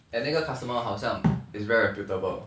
and 那个 customer 好像 is very reputable